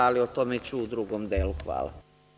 Ali, o tome ću u drugom delu.